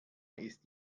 ist